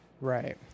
Right